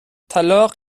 طلاق